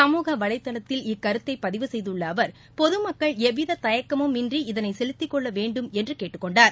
சமூக வலைதளத்தில் இக்கருத்தை பதிவு செய்துள்ள அவர் பொதுமக்கள் எவ்வித தயக்கமுமின்றி இதனை செலுத்தி கொள்ள வேண்டும் என்று கேட்டுக்கொண்டார்